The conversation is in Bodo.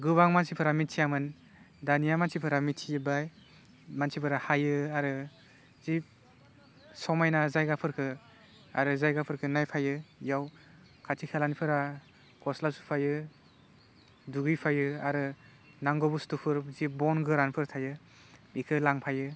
गोबां मानसिफ्रा मिथियामोन दानिया मानसिफोरा मिथिजोब्बाय मानसिफोरा हाइयो आरो जि समायना जायगाफोरखो आरो जायगाफोरखौ नायफाइयो एयाव खाथि खालानिफोरा गस्ला सुफैयो दुगै फायो आरो नांगौ बुस्टुफोर जि बन गोरानफोर थायो बेखौ लांफाइयो